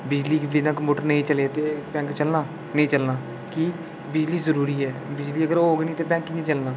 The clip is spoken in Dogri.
बिजली दे बिना कंप्यूटर नेईं चले ते बैंक चलना नेईं चलना कि बिजली जरूरी ऐ बिजली अगर होग निं ते बैंक कि'यां चलना